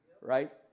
right